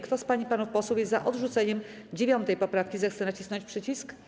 Kto z pań i panów posłów jest za odrzuceniem 9. poprawki, zechce nacisnąć przycisk.